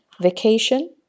vacation